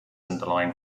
underlying